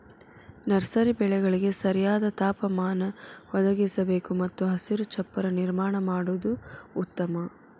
nursery ಬೆಳೆಗಳಿಗೆ ಸರಿಯಾದ ತಾಪಮಾನ ಒದಗಿಸಬೇಕು ಮತ್ತು ಹಸಿರು ಚಪ್ಪರ ನಿರ್ಮಾಣ ಮಾಡುದು ಉತ್ತಮ